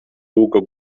długo